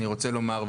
אני רוצה לומר,